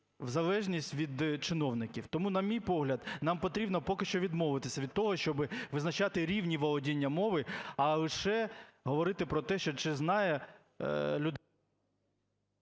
в залежність від чиновників. Тому, на мій погляд, нам потрібно поки що відмовитися від того, щоби визначати рівні володіння мови, а лише говорити про те, що чи знає людина...